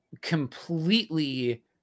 completely